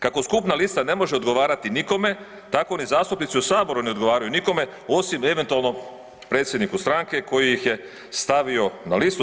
Kako skupna lista ne može odgovarati nikome, tako ni zastupnici u Saboru ne odgovaraju nikome osim eventualno predsjedniku stranke koji ih je stavio na listu.